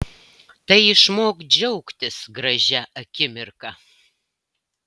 tai išmok džiaugtis gražia akimirka